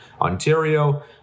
Ontario